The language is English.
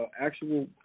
actual